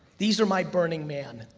these are my burning man.